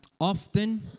Often